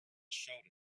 showed